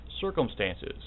circumstances